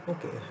Okay